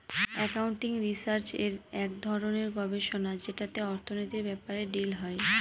accounting research এক ধরনের গবেষণা যেটাতে অর্থনীতির ব্যাপারে ডিল হয়